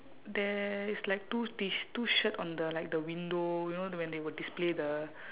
there is like two T-sh~ two shirt on the like the window you know when they will display the